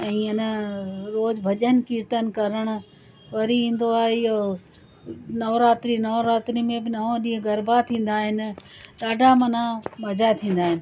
ऐं ईअं न रोज़ भॼन किर्तन करण वरी ईंदो आहे इहो नवरात्री नवरात्री में बि नव ॾींहं गरबा थींदा आहिनि ॾाढा माना मज़ा थींदा आहिनि